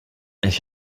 ich